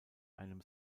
einem